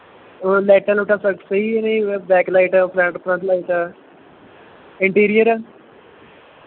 ਉਹ ਲਾਈਟਾਂ ਲੂਟਾਂ ਸਭ ਸਹੀ ਹੈ ਨੇ ਬੈਕ ਲਾਇਟਾਂ ਫਰੰਟ ਫਰੰਟ ਲਾਇਟਾਂ ਇੰਨਟੀਰੀਅਰ